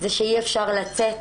זה שאי-אפשר לצאת,